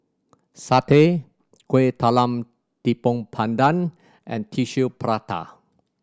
satay Kuih Talam Tepong Pandan and Tissue Prata